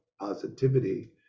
positivity